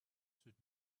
should